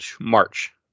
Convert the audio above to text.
March